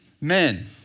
men